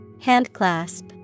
Handclasp